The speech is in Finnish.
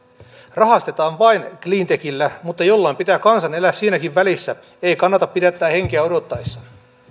rahastetaan vain cleantechillä mutta jollain pitää kansan elää siinäkin välissä ei kannata pidättää henkeä odottaessa